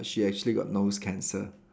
she actually got nose cancer